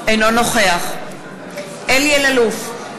אינו נוכח אלי אלאלוף,